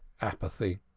apathy